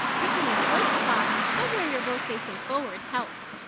picking a good spot, somewhere you're both facing forward helps.